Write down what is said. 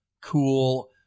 cool